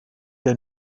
der